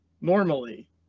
normally